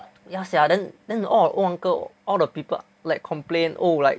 ya sia then then all our old uncle all the people like complain oh like